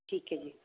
ਠੀਕ ਹੈ ਜੀ